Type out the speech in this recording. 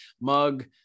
mug